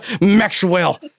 Maxwell